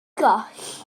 goll